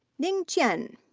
ning qian.